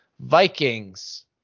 Vikings